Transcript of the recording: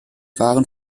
waren